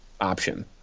option